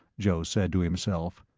joe said to himself.